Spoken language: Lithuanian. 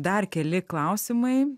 dar keli klausimai